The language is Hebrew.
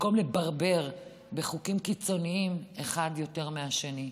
במקום לברבר בחוקים קיצוניים אחד יותר מהשני.